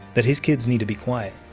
that his kids need to be quiet.